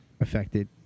affected